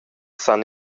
san